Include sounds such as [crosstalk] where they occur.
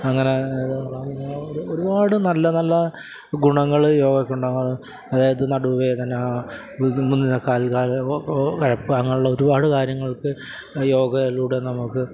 അങ്ങനെ അങ്ങനെ ഒരു ഒരുപാട് നല്ല നല്ല ഗുണങ്ങൾ യോഗയ്ക്ക് ഉണ്ട് [unintelligible] അതായത് നടുവേദന വിതുമ്പുന്ന ആ കാല് കാൽ കഴപ്പ് അങ്ങനെ ഉള്ള ഒരുപാട് കാര്യങ്ങള്ക്ക് യോഗയിലൂടെ നമുക്ക്